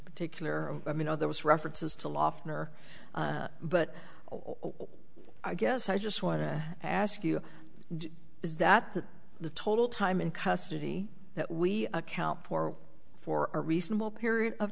particular i mean oh there was references to law for but i guess i just want to ask you is that the total time in custody that we account for for a reasonable period of